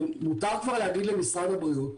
ומותר כבר להגיד למשרד הבריאות,